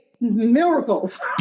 miracles